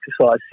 exercise